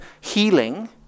healing